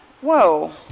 Whoa